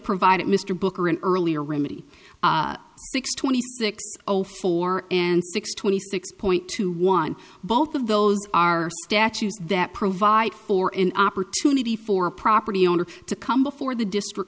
provided mr booker an earlier remedy six twenty six zero four and six twenty six point two one both of those are statutes that provide for an opportunity for a property owner to come before the district